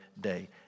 day